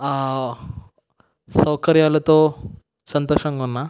ఆ సౌకర్యాలతో సంతోషంగా ఉన్నాను